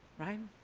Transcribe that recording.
right?